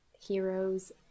heroes